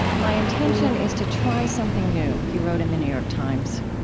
my intention is to try something new, he wrote in the new york times.